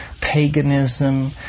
paganism